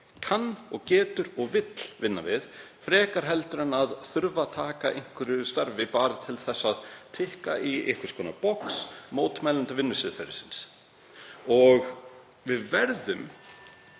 kann og getur og vill vinna við frekar en að þurfa að taka einhverju starfi bara til að tikka í einhvers konar box mótmælenda vinnusiðferðisins. (Forseti